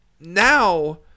now